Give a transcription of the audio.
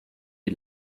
die